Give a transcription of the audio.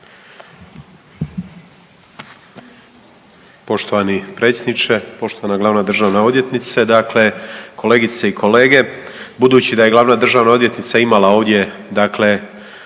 Poštovani Predsjedniče, poštovana Glavna državna odvjetnice. Dakle, kolegice i kolege, budući da je Glavna državna odvjetnica imala ovdje dakle